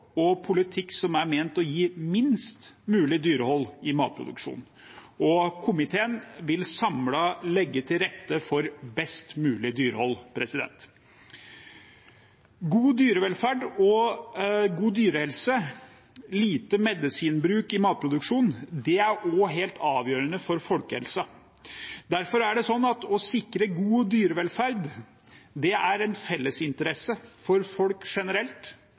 og politikk som er ment å gi minst mulig dyrehold i matproduksjonen. Komiteen vil samlet legge til rette for best mulig dyrehold. God dyrevelferd, god dyrehelse og lite medisinbruk i matproduksjonen er også helt avgjørende for folkehelsen. Derfor er det å sikre god dyrevelferd en fellesinteresse for folk generelt,